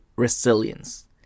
Resilience